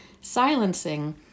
silencing